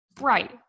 Right